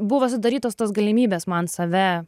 buvo sudarytos tos galimybės man save